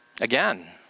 Again